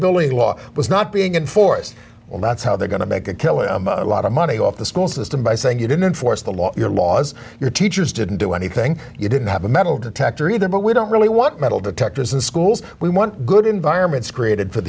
billing law was not being enforced well that's how they're going to make a killing a lot of money off the school system by saying you didn't enforce the law your laws your teachers didn't do anything you didn't have a metal detector either but we don't really want metal detectors in schools we want good environments created for